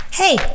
Hey